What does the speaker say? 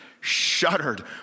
shuddered